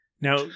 Now